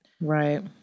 Right